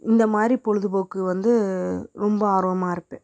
இந்தமாதிரி பொழுதுபோக்கு வந்து ரொம்ப ஆர்வமாக இருப்பேன்